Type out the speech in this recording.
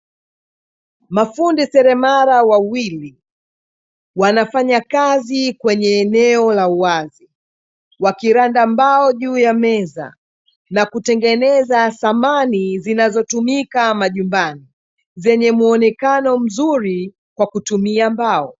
Mafundi seremala wawili wanafanya kazi kwenye eneo la uwazi, wakiranda ambao juu ya meza na kutengeneza samani zinazotumika majumbani zenye muonekano mzuri kwa kutumia mbao.